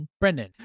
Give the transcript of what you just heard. Brendan